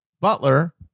Butler